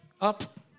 Up